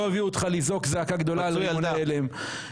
הביאו אותך לזעוק זעקה גדולה על רימוני הלם.